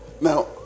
Now